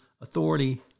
authority